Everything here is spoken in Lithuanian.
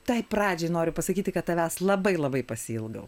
tai pradžiai noriu pasakyti kad tavęs labai labai pasiilgau